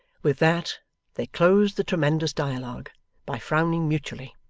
with that they closed the tremendous dialog by frowning mutually.